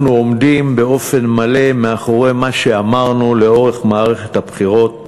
אנחנו עומדים באופן מלא מאחורי מה שאמרנו לאורך מערכת הבחירות,